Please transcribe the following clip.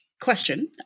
question